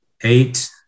eight